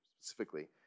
specifically